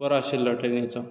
बरो आशिल्लो ट्रॅनीन